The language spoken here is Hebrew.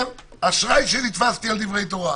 אשראי שנתפסתי על דברי תורה.